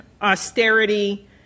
austerity